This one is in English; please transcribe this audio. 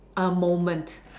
A moment